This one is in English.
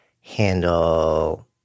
handle